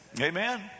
Amen